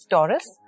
Taurus